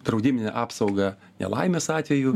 draudiminę apsaugą nelaimės atveju